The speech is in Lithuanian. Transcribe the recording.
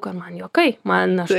kad man juokai man aš